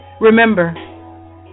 Remember